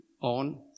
on